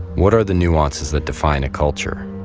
what are the nuances that define a culture?